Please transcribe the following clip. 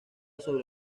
sobre